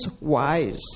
wise